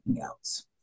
else